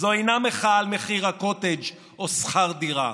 זו אינה מחאה על מחיר הקוטג' או שכר דירה.